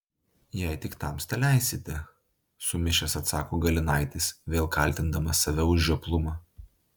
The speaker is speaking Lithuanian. jei tik tamsta leisite sumišęs atsako galinaitis vėl kaltindamas save už žioplumą